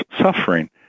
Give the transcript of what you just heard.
suffering